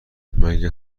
مگه